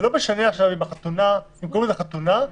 זה לא משנה עכשיו אם קוראים לזה חתונה או